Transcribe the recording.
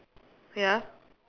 ya